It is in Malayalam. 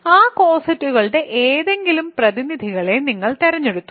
ആ കോസെറ്റുകളുടെ ഏതെങ്കിലും പ്രതിനിധികളെ നിങ്ങൾ തിരഞ്ഞെടുത്തു